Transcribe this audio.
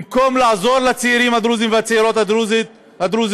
במקום לעזור לצעירים הדרוזים ולצעירות הדרוזיות,